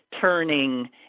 turning